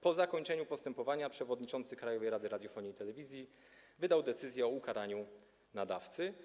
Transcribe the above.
Po zakończeniu postępowania przewodniczący Krajowej Rady Radiofonii i Telewizji wydał decyzję o ukaraniu nadawcy.